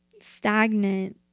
stagnant